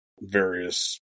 various